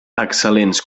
excel·lents